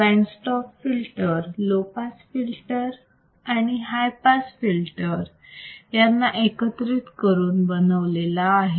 band stop filter low pass filter आणि high pass filter यांना एकत्रित करून बनवलेला आहे